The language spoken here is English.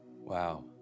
Wow